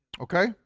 Okay